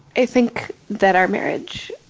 i think that our marriage,